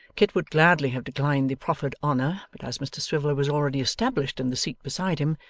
kit would gladly have declined the proffered honour, but as mr swiveller was already established in the seat beside him,